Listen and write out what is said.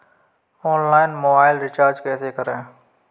Online mobile recharge कैसे करें?